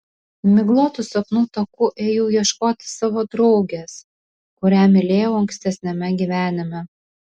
miglotu sapnų taku ėjau ieškoti savo draugės kurią mylėjau ankstesniame gyvenime